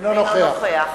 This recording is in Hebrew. - אינו נוכח